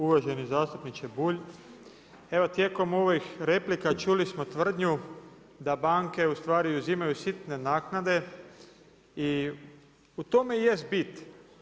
Uvaženi zastupniče Bulj, evo tijekom ovih replika čuli smo tvrdnju da banke ustvari uzimaju sitne naknade i u tome jest bit.